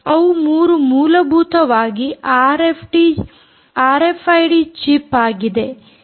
ಅವು 3 ಮೂಲಭೂತವಾಗಿ RFID chip ಆಗಿದೆ